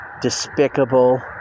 despicable